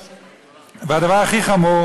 והדבר הכי חמור,